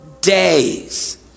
days